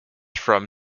from